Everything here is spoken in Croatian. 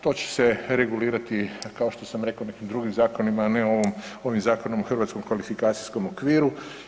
To će se regulirati, kao što sam reko, nekim drugim zakonima, a ne ovim Zakonom o hrvatskom kvalifikacijskom okviru.